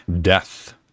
death